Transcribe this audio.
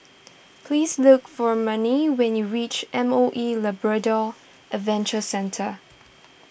please look for Manie when you reach M O E Labrador Adventure Centre